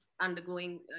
undergoing